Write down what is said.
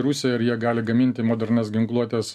rusiją ir jie gali gaminti modernias ginkluotės